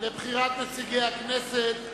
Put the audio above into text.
לבחירת נציגי הכנסת